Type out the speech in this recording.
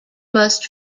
must